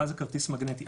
מה זה כרטיס מגנטי,